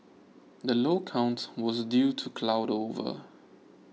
the low count was due to cloud over